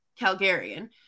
Calgarian